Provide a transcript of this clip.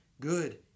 good